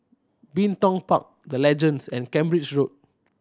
Bin Tong Park The Legends and Cambridge Road